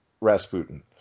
Rasputin